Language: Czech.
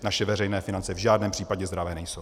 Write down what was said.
Naše veřejné finance v žádném případě zdravé nejsou.